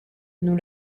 nous